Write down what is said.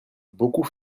beaucoup